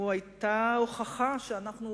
זאת היתה הוכחה שאנחנו,